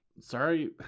Sorry